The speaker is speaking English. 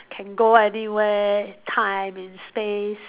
can go anywhere time in space